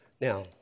Now